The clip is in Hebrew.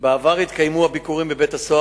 רצוני לשאול: